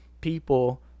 people